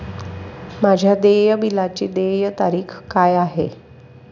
माझ्या देय बिलाची देय तारीख काय आहे?